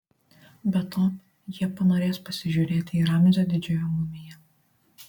be to jie panorės pasižiūrėti į ramzio didžiojo mumiją